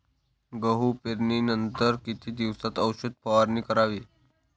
गहू पेरणीनंतर किती दिवसात औषध फवारणी करावी?